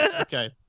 Okay